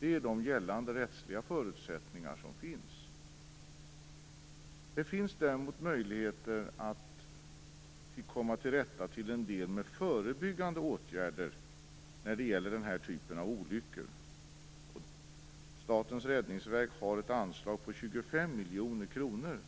Det är de gällande rättsliga förutsättningar som finns. Det finns däremot möjligheter att till en del komma till rätta med förebyggande åtgärder när det gäller den här typen av olyckor. Statens räddningsverk har ett anslag på 25 miljoner kronor